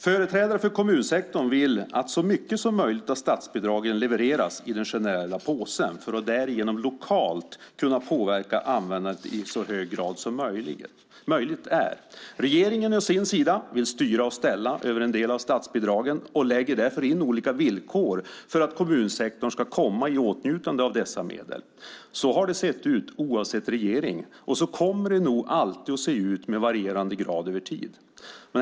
Företrädare för kommunsektorn vill att så mycket som möjligt av statsbidragen levereras i den generella påsen för att därigenom lokalt kunna påverka användandet i så hög grad som möjligt. Regeringen å sin sida vill styra och ställa över en del av statsbidragen och lägger därför in olika villkor för att kommunsektorn ska komma i åtnjutande av dessa medel. Så har det sett ut oavsett regering, och så kommer det nog alltid att se ut i varierande grad över tid.